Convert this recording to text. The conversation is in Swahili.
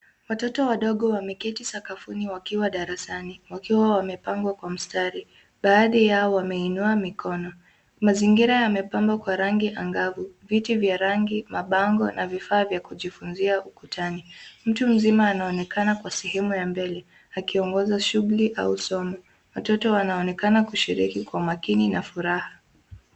Watoto wadogo wameketi sakafuni wakiwa darasani wakiwa wamepangwa kwa mstari. Baadhi yao wameinua mikono. Mazingira yamepambwa kwa rangi angavu viti vya rangi, mabango na vifaa vya kujifunzia ukutani. Mtu mzima anaonekana kwa sehemu ya mbele akiongoza shughuli au somo. Watoto wanaonekana kushiriki kwa makini na furaha.